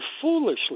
foolishly